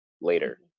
later